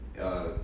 um